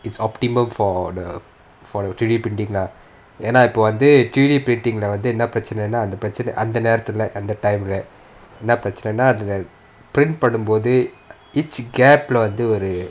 it's optimal for the for the three D printing lah என்ன இப்போ வந்து:enna ippo vanthu three D painting lah வந்து என்ன பிரச்னை னா அந்த பிரச்னை அந்த நேரத்துல அந்த:vanthu enna prechana naa antha prechana antha nerathula antha time leh வந்து:vanthu print பண்ணும்போது:panumpothu each gap leh ஒரு:oru